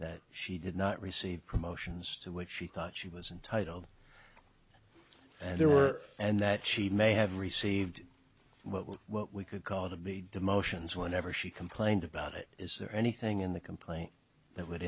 that she did not receive promotions to which she thought she was entitled and there were and that she may have received what we could call the b demotions whenever she complained about it is there anything in the complaint that would